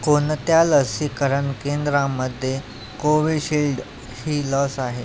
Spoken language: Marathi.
कोणत्या लसीकरण केंद्रामध्ये कोविशिल्ड ही लस आहे